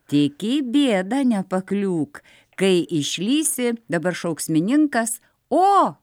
tik į bėdą nepakliūk kai išlįsi dabar šauksmininkas o